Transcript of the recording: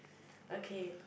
okay